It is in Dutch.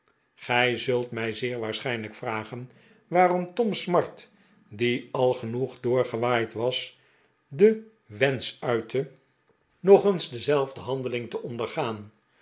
gij zult mij zeer waarschijnlijk yragen waarom tom smart die al genoeg doorgewaaid was den wensch uitte nog eens dezelfde handeling te ondergaan